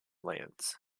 lands